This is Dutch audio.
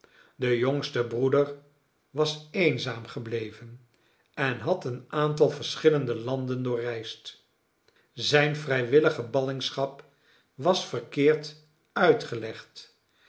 de jongste broeder was eenzaam gebleven en had een aantal verschillende landen doorreisd zijne vrijwillige ballingschap was verkeerd uitgelegd